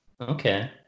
Okay